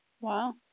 Wow